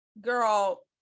Girl